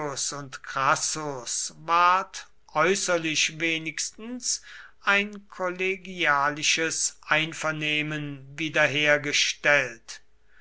und crassus ward äußerlich wenigstens ein kollegialisches einvernehmen wiederhergestellt